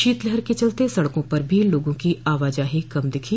शीतलहर के चलते सड़कों पर भी लोगों की आवाजाही कम दिखी